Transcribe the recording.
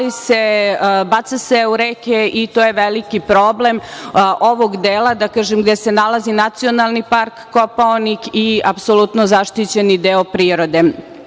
baca se u reke i to je veliki problem ovog dela gde se nalazi Nacionalni park Kopaonik i apsolutno zaštićeni deo prirode. Što